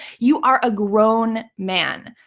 you are a grown man.